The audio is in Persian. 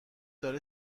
داره